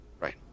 Right